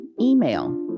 email